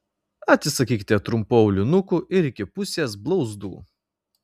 atsisakykite trumpų aulinukų ir iki pusės blauzdų